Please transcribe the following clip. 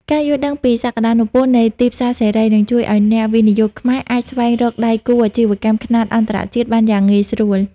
ការយល់ដឹងពីសក្ដានុពលនៃទីផ្សារសេរី នឹងជួយឱ្យអ្នកវិនិយោគខ្មែរអាចស្វែងរកដៃគូអាជីវកម្មខ្នាតអន្តរជាតិបានយ៉ាងងាយស្រួល។